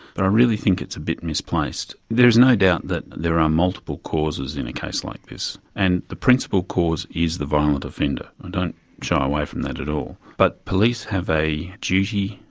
but i really think it's a bit misplaced. there is no doubt that there are multiple causes in a case like this, and the principal cause is the violent offender, i don't shy away from that at all. but police have a duty,